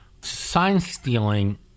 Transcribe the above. sign-stealing